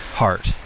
heart